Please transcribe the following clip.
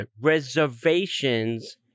Reservations